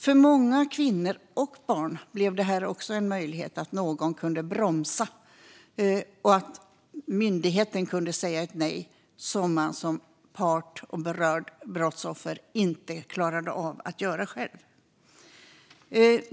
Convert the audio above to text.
För många kvinnor och barn innebar detta också en möjlighet att någon kunde bromsa och att myndigheten kunde säga nej, som man som part och berört brottsoffer inte klarade av att göra själv.